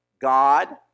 God